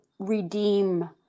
redeem